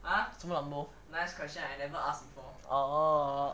什么 lambo oh